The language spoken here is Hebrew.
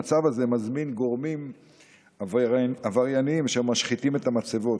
המצב הזה מזמין גורמים עבריינים שמשחיתים את המצבות,